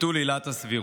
חמתם,